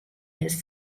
its